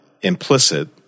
implicit